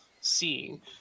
seeing